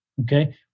Okay